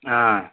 ஆ